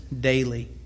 daily